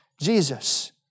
Jesus